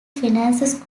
finances